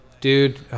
dude